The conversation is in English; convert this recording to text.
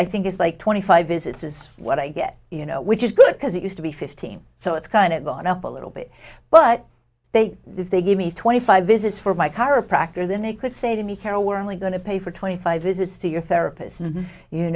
i think it's like twenty five visits is what i get you know which is good because it used to be fifteen so it's kind of gone up a little bit but they if they give me twenty five visits for my chiropractor then they could say to me carol we're only going to pay for twenty five visits to your therapist